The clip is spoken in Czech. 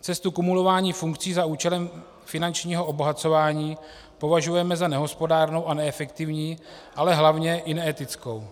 Cestu kumulování funkcí za účelem finančního obohacování považujeme za nehospodárnou a neefektivní, ale hlavně i neetickou.